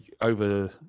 over